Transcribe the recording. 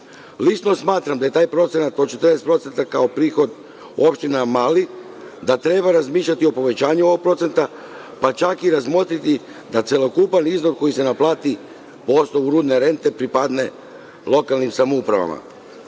Lično smatram da je taj procenat od 40% kao prihod opština mali, da treba razmišljati o povećanju ovog procenta, pa čak i razmotriti da celokupan iznos koji se naplati po osnovu rudne rente pripadne lokalnim samoupravama.